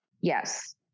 Yes